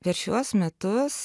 per šiuos metus